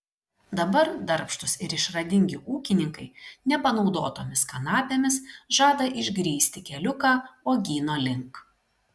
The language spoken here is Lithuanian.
dabar darbštūs ir išradingi ūkininkai nepanaudotomis kanapėmis žada išgrįsti keliuką uogyno link